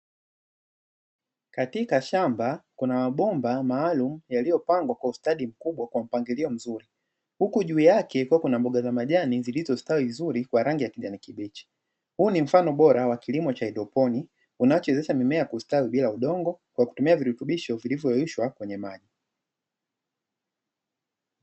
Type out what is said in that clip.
Katika shamba kuna mabomba maalumu yaliyopangwa kwa ustadi mkubwa kwa mpangilio mzuri, huku juu yake kukiwa kuna mboga za majani zilizostawi vizuri kwa rangi ya kijani kibichi. Huu ni mfano bora wa kilimo cha haidroponi, unachowezesha mimea kustawi bila udongo, kwa kutumia virutubisho vilivyoyeyushwa kwenye maji.